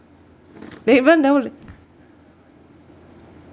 they even know leh